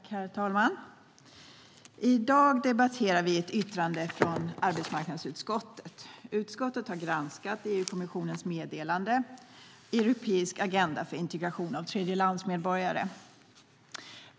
Herr talman! I dag debatterar vi ett yttrande från arbetsmarknadsutskottet. Utskottet har granskat EU-kommissionens meddelande Europeisk agenda för integration av tredjelandsmedborgare .